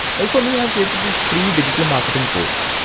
like for me, i've created this free digital marketing course.